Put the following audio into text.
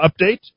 update